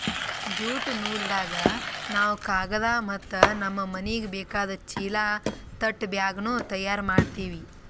jute ನೂಲ್ದಾಗ್ ನಾವ್ ಕಾಗದ್ ಮತ್ತ್ ನಮ್ಮ್ ಮನಿಗ್ ಬೇಕಾದ್ ಚೀಲಾ ತಟ್ ಬ್ಯಾಗ್ನು ತಯಾರ್ ಮಾಡ್ತೀವಿ